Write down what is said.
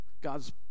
God's